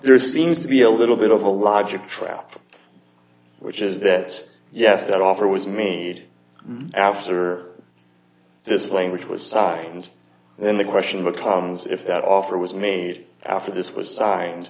there seems to be a little bit of a logic trap which is that yes that offer was made after this language was signed and then the question becomes if that offer was made after this was